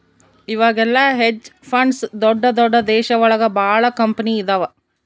ಇವಾಗೆಲ್ಲ hedge funds ದೊಡ್ದ ದೊಡ್ದ ದೇಶ ಒಳಗ ಭಾಳ ಕಂಪನಿ ಇದಾವ